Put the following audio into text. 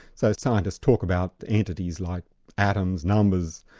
so scientists talk about entities like atoms, numbers,